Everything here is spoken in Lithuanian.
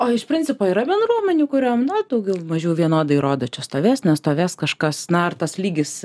o iš principo yra bendruomenių kuriom na daugiau mažiau vienodai rodo čia stovės nestovės kažkas na ar tas lygis